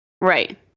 right